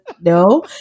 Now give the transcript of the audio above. no